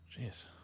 jeez